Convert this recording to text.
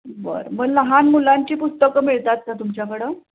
बरं मग लहान मुलांची पुस्तकं मिळतात का तुमच्याकडं